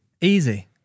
Easy